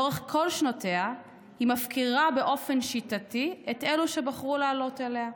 לאורך כל שנותיה היא מפקירה באופן שיטתי את אלו שבחרו לעלות אליה.